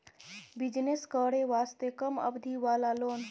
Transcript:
Business करे वास्ते कम अवधि वाला लोन?